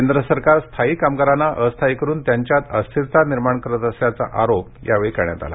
केंद्र सरकार स्थायी कामगारांना अस्थायी करून त्यांच्यात अस्थिरता निर्माण करत असल्याचा आरोप यावेळी करण्यात आला